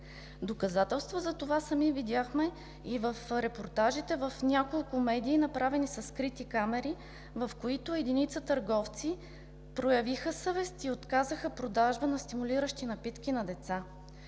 Доказателство за това сами видяхме и в репортажите в няколко медии, направени със скрити камери, в които единица търговци проявиха съвест и отказаха продажба на стимулиращи напитки на деца.